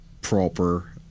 proper